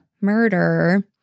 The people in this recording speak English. murder